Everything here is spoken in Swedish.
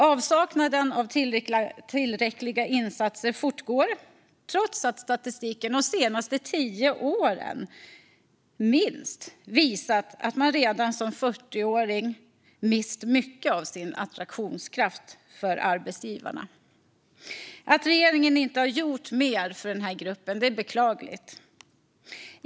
Avsaknaden av tillräckliga insatser består trots att statistiken de senaste tio åren visar att man redan som 40-åring mist mycket av sin attraktionskraft för arbetsgivare. Att regeringen inte gjort mer för denna grupp är beklagligt.